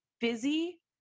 busy